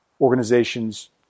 organizations